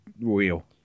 wheel